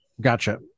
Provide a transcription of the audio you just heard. Gotcha